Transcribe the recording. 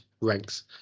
ranks